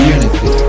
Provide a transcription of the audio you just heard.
Unity